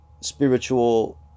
spiritual